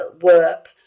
work